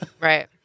Right